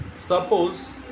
Suppose